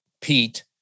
Pete